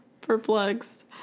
perplexed